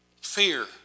fear